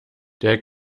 der